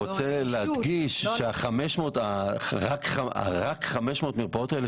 אני רוצה להדגיש שרק 500 מרפאות האלה